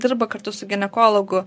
dirba kartu su ginekologu